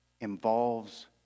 involves